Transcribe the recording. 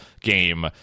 game